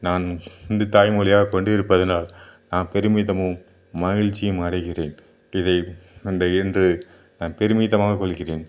நான் இந்த தாய்மொழியாக கொண்டிருப்பதனால் நான் பெருமிதமும் மகிழ்ச்சியும் அடைகிறேன் இதை இன்று நான் பெருமிதமாக கொள்கிறேன்